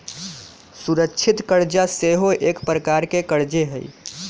सुरक्षित करजा सेहो एक प्रकार के करजे हइ